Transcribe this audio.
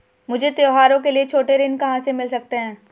मुझे त्योहारों के लिए छोटे ऋृण कहां से मिल सकते हैं?